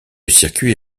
circuit